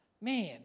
Man